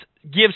gives